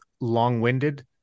long-winded